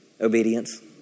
Obedience